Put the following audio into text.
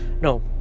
no